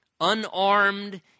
unarmed